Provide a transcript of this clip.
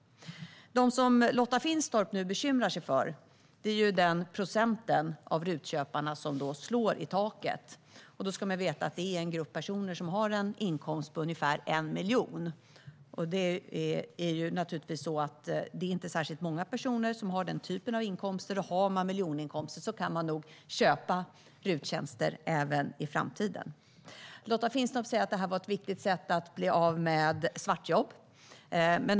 Det som Lotta Finstorp nu bekymrar sig för är den procent av RUT-köparna som slår i taket. Då ska man veta att det är en grupp personer som har en inkomst på ungefär 1 miljon. Det är inte särskilt många personer som har den typen av inkomster. Om man har miljoninkomster kan man nog köpa RUT-tjänster även i framtiden. Lotta Finstorp säger att det var ett viktigt sätt att bli av med svartjobb.